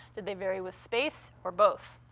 do they vary with space, or both?